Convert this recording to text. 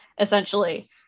essentially